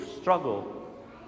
struggle